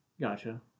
Gotcha